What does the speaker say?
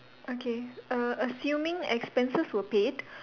okay err assuming expenses were paid